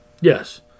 Yes